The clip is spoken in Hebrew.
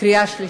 קריאה שלישית.